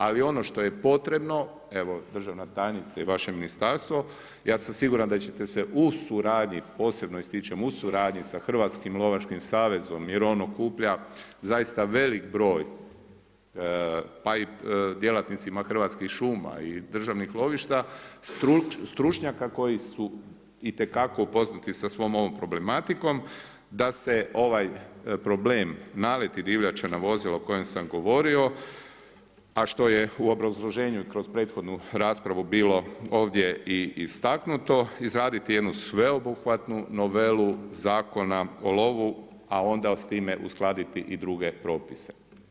Ali ono što je potrebno, evo državna tajnice i vaše ministarstvo, ja sam siguran da ćete se u suradnji posebno ističem, u suradnji sa Hrvatskim lovačkim savezom jer on okuplja zaista velik broj, pa i djelatnicima Hrvatskih šuma i državnih lovišta stručnjaka koji su itekako poznati sa svom ovom problematikom, da se ovaj problem nalet divljači na vozilo o kojem sam govorio, a što je u obrazloženju kroz prethodnu raspravu bilo ovdje i istaknuto izraditi jednu sveobuhvatnu novelu Zakona o lovu, a onda s time uskladiti i druge propise.